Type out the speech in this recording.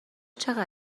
چقدر